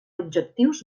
objectius